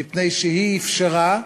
מפני שהיא אפשרה,